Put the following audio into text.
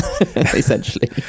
essentially